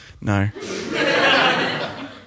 No